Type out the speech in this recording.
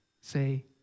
Say